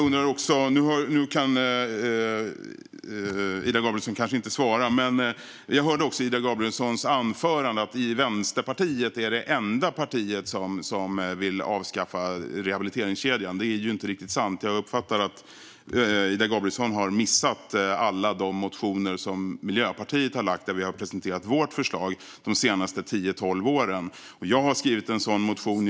Nu kan Ida Gabrielsson kanske inte svara, men jag hörde i Ida Gabrielssons anförande att Vänsterpartiet är det enda parti som vill avskaffa rehabiliteringskedjan. Det är ju inte riktigt sant. Jag uppfattar det som att Ida Gabrielsson har missat alla motioner som Miljöpartiet har väckt de senaste tio tolv åren där vi har presenterat vårt förslag. Jag har skrivit en sådan motion.